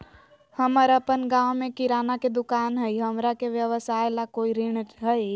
हमर अपन गांव में किराना के दुकान हई, हमरा के व्यवसाय ला कोई ऋण हई?